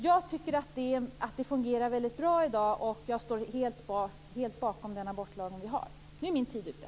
Jag tycker att det fungerar väldigt bra i dag, och jag står helt bakom den abortlag vi har. Nu är min tid ute.